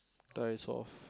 dies off